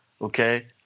Okay